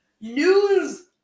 News